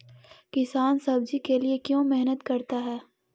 किसान सब्जी के लिए क्यों मेहनत करता है?